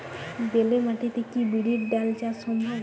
বেলে মাটিতে কি বিরির ডাল চাষ সম্ভব?